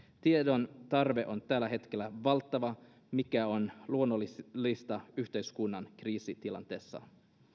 tiedon tarve on tällä hetkellä valtava mikä on luonnollista yhteiskunnan kriisitilanteessa